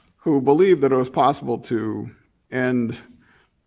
who believed that it was possible to and